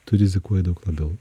tu rizikuoji daug labiau